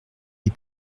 les